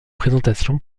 présentation